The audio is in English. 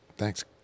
Thanks